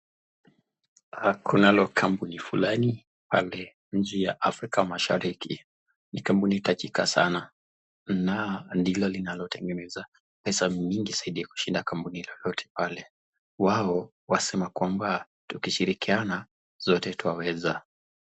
Kunalo kampuni fulani pale inchi ya Afrika mashariki, ni kampuni tajika sana. Na ndilo linalotengeneza pesa mingi zaidi ya kuliko kampuni lolote pale. Wao wasema kwamba tukishirikiana zote twa weza.